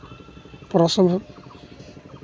ᱯᱨᱚᱥᱚᱝᱦᱚᱸ